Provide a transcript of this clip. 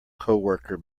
coworker